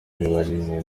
n’imibanire